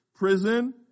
prison